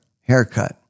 haircut